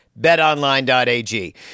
betonline.ag